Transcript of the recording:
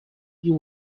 you